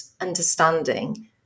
understanding